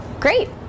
Great